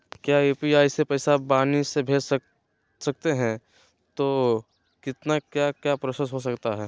क्या यू.पी.आई से वाणी से पैसा भेज सकते हैं तो कितना क्या क्या प्रोसेस हो सकता है?